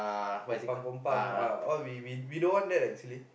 kompang kompang ah all we we don't want that actually